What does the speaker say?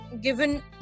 given